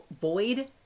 void